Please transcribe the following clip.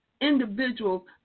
individuals